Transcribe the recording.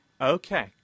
Okay